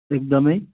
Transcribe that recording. एकदम